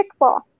kickball